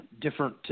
different